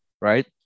right